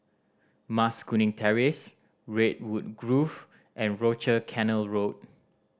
Mas Kuning Terrace Redwood Grove and Rochor Canal Road